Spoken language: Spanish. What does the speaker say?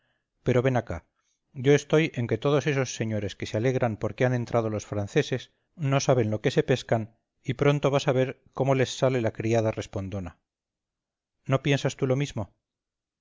pero ven acá yo estoy en que todos esos señores que se alegran porque han entrado los franceses no saben lo que se pescan y pronto vas a ver cómo les sale la criada respondona no piensas tú lo mismo